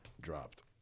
dropped